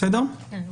תודה.